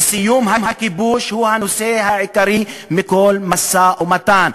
וסיום הכיבוש הוא הנושא העיקרי בכל משא-ומתן.